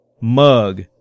mug